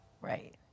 Right